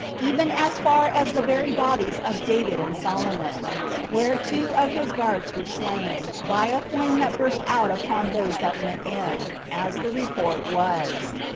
even as far as the very bodies of david and solomon where two of his guards were slain, by a flame that burst out upon those that went in, as the report was.